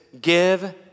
give